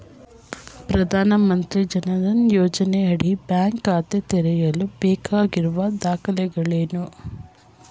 ಪ್ರಧಾನಮಂತ್ರಿ ಜನ್ ಧನ್ ಯೋಜನೆಯಡಿ ಬ್ಯಾಂಕ್ ಖಾತೆ ತೆರೆಯಲು ಬೇಕಾಗಿರುವ ದಾಖಲೆಗಳೇನು?